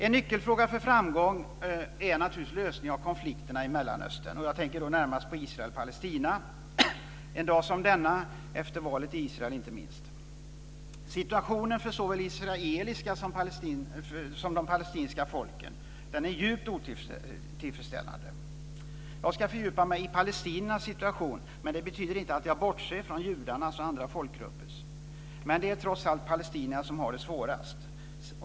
En nyckelfråga för framgång är naturligtvis en lösning av konflikterna i Mellanöstern, och jag tänker då närmast på Israel och Palestina en dag som denna, inte minst efter valet i Israel. Situationen för såväl det israeliska som det palestinska folket är djupt otillfredsställande. Jag ska fördjupa mig i palestiniernas situation. Men det betyder inte att jag bortser från judarnas och andra folkgruppers situation. Men det är trots allt palestinierna som har det svårast.